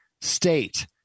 state